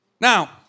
now